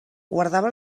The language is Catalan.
guardava